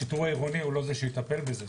השיטור העירוני הוא לא זה שיטפל בזה.